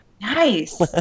Nice